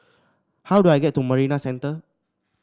how do I get to Marina Centre